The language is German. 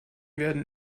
werden